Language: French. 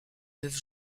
neuf